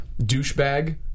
douchebag